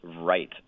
Right